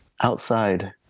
Outside